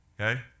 okay